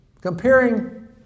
comparing